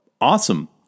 Awesome